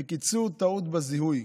בקיצור, טעות בזיהוי.